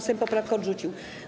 Sejm poprawkę odrzucił.